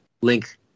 link